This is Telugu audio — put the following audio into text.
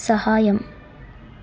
సహాయం